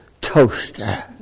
toaster